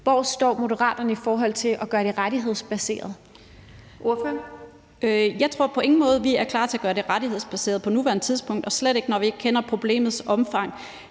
Ordføreren. Kl. 13:39 Karin Liltorp (M): Jeg tror på ingen måde, vi er klar til at gøre det rettighedsbaseret på nuværende tidspunkt, og slet ikke, når vi ikke kender problemets omfang.